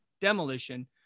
Demolition